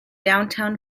downtown